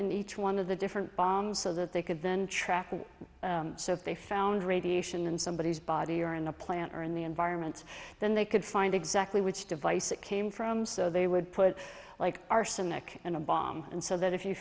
in each one of the different bombs so that they could then trap and so if they found radiation and somebodies body or in a plant or in the environment then they could find exactly which device it came from so they would put like arsenic in a bomb and so that if you